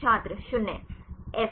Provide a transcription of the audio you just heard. छात्र 0 एफ